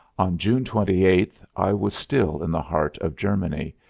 on june twenty-eighth i was still in the heart of germany,